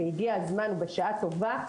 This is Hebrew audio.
והגיע הזמן ובשעה טובה,